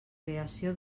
creació